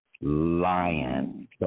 Lion